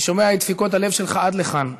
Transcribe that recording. אני שומע את דפיקות הלב שלך עד לכאן.